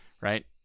right